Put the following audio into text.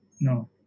No